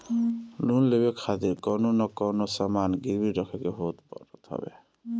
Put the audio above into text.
loan लेवे खातिर कवनो न कवनो सामान गिरवी रखे के पड़त हवे